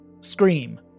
Scream